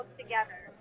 together